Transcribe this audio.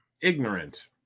ignorant